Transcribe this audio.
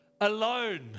alone